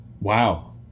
wow